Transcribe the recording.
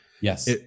Yes